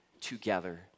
together